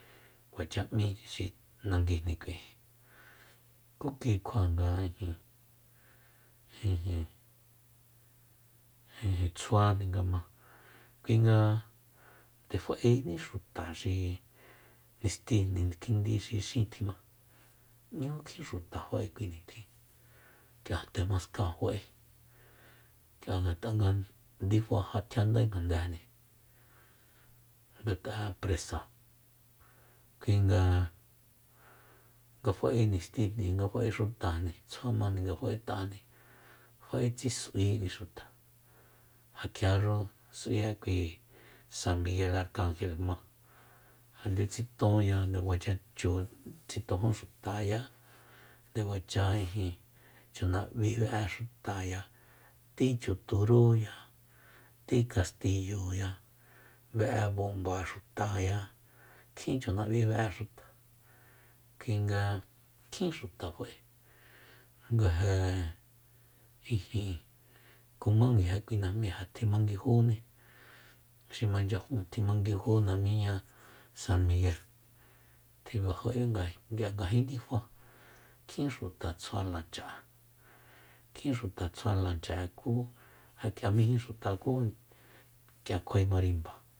Kuacha m'í xi nanguijni k'ui ku ki kjua nga ijin- ijin- ijin tsjuajni nga ma kuinga nde fa'eni xuta xi nisti niskindi xi xin tjima 'ñú kjin xuta fa'e kui nitjin k'ia temaskáa fa'e k'ia ngat'a nga ndifa jatjiandae ngandejni ngat'a'e presa kuinga nga fa'e nistijni nga fa'e xutajni tsjua majni nga fa'et'ajni fa'e tsis'ui kui xuta ja kjiaxu kui s'ui'e san miguel arkangel ma ja nde tsitonya nde kuacha chu tsitojun xutaya ndekuacha ijin chunab'í be'e xutaya tí chuturúya tí kastilloya be'e bomba xutaya kjin chunab'i be'e xuta kuinga kjin xuta fa'e nga je ijin kumá kui najmíi ja tjimanguijúni xi manchyajun tjimanguiju namiña san miguel tjibajo'enga k'ia ngajin ndifa kjin xuta tsjua lancha'e kjin xuta tsjua klancha'e ku ja k'ia miji xuta ku ja k'ia kjuae marimba